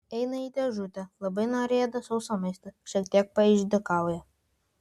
eina į dėžutę labai noriai ėda sausą maistą šiek tiek paišdykauja